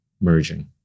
merging